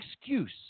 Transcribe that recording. excuse